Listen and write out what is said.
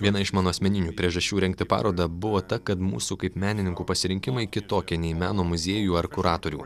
viena iš mano asmeninių priežasčių rengti parodą buvo ta kad mūsų kaip menininkų pasirinkimai kitokie nei meno muziejų ar kuratorių